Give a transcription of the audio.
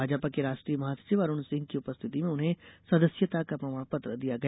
भाजपा के राष्ट्रीय महासचिव अरुण सिंह की उपस्थिति में उन्हें सदस्यता का प्रमाणपत्र दिया गया